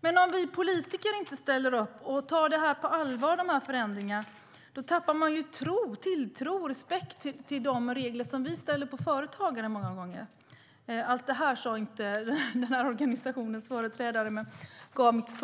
Men om vi politiker inte ställer upp och tar dessa förändringar på allvar då tappar de tilltron och respekten för de regler som vi har för företagare. Allt detta sade inte organisationens företrädare, men de gav mig sitt